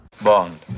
Bond